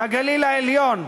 לגליל העליון,